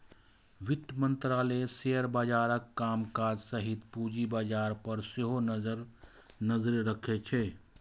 वित्त मंत्रालय शेयर बाजारक कामकाज सहित पूंजी बाजार पर सेहो नजरि रखैत छै